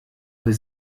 will